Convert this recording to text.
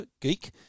geek